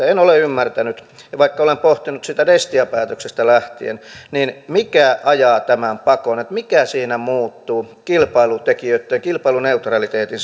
en ole ymmärtänyt vaikka olen pohtinut sitä destia päätöksestä lähtien että mikä ajaa tämän pakon mikä siinä muuttuu kilpailutekijöitten kilpailuneutraliteetin